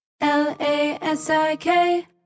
L-A-S-I-K